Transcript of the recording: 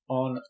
on